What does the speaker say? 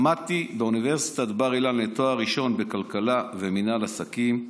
למדתי באוניברסיטת בר אילן לתואר ראשון בכלכלה ומינהל עסקים.